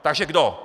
Takže kdo?